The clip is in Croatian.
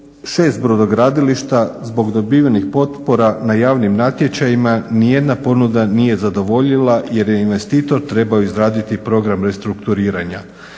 Od 6 brodogradilišta zbog dobivenih potpora na javnim natječajima nijedna ponuda nije zadovoljila jer je investitor trebao izraditi program restrukturiranja.